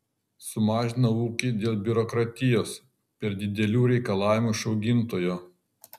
sumažinau ūkį dėl biurokratijos per didelių reikalavimų iš augintojo